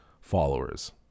followers